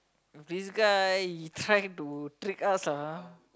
this guy he try to trick us ah